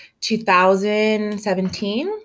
2017